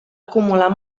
acumular